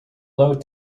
load